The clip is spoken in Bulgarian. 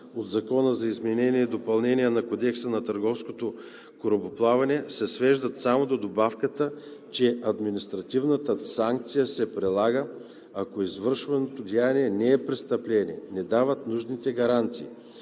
от Закона за изменение и допълнение на Кодекса на търговското корабоплаване се свеждат само до добавката, че административната санкция се прилага, ако извършеното деяние не е престъпление, не дават нужните гаранции.